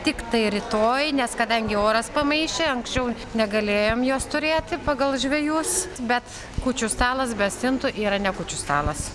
tiktai rytoj nes kadangi oras pamaišė anksčiau negalėjom jos turėti pagal žvejus bet kūčių stalas be stintų yra ne kūčių stalas